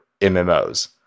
MMOs